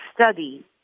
study